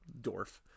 dwarf